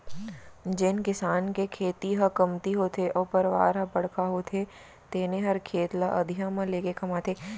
जेन किसान के खेती ह कमती होथे अउ परवार ह बड़का होथे तेने हर खेत ल अधिया म लेके कमाथे